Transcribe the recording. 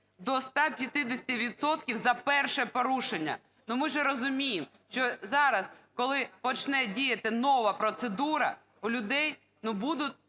відсотків за перше порушення! Ну, ми же розуміємо, що зараз, коли почне діяти нова процедура, у людей будуть